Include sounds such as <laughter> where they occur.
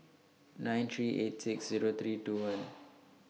nine three eight six Zero three two <noise> one